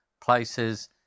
places